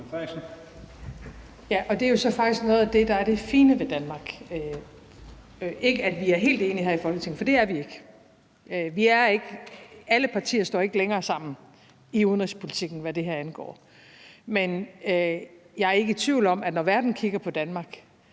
Det er jo så faktisk noget af det, der er det fine ved Danmark. Det er ikke for at sige, at vi er helt enige her i Folketinget, for det er vi ikke. Alle partier står ikke længere sammen i udenrigspolitikken, hvad det her angår. Men jeg er ikke i tvivl om, at når verden kigger på Danmark,